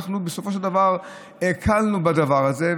אנחנו בסופו של דבר הקלנו בדבר הזה,